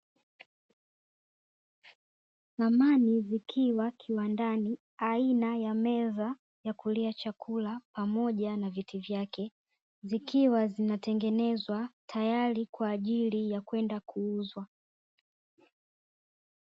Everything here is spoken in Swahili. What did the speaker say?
Samani zikiwa kiwandani aina ya meza ya kulia chakula pamoja na viti vyake. Zikiwa zinatengenezwa tayari kwa ajili ya kwenda kuuzwa.